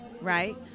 right